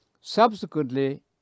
subsequently